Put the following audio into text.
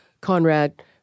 Conrad